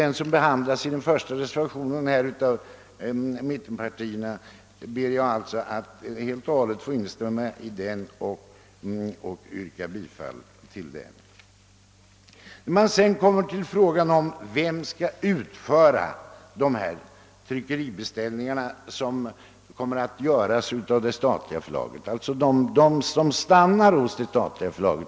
Denna fråga behandlas i reservationen 1, och jag ber att få yrka bifall till den reservationen. Vem skall då utföra de beställningar som stannar hos det statliga förlaget och alltså inte går till enskilda förlag?